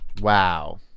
Wow